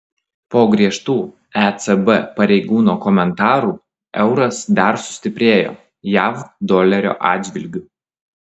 po griežtų ecb pareigūno komentarų euras dar sustiprėjo jav dolerio atžvilgiu